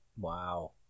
Wow